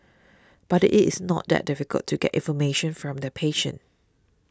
but it is not that difficult to get information from the patient